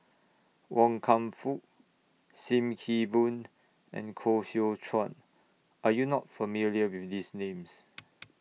Wan Kam Fook SIM Kee Boon and Koh Seow Chuan Are YOU not familiar with These Names